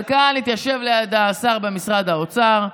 אבל כאן התיישב לידה השר במשרד האוצר,